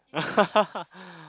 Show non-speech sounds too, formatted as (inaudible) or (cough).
(laughs)